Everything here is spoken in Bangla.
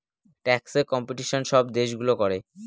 ট্যাক্সে কম্পিটিশন সব দেশগুলো করে